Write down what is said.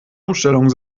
umstellung